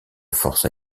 force